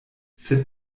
sed